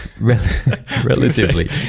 relatively